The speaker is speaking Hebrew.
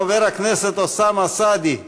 חבר הכנסת אוסאמה סעדי.